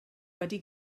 wedi